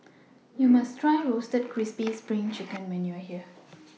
YOU must Try Roasted Crispy SPRING Chicken when YOU Are here